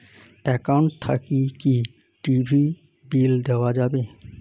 Account থাকি কি TV bill দেওয়া যাবে?